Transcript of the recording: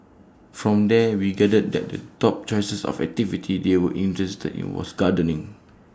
from there we gathered that the top choices of activity they were interested in was gardening